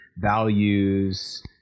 values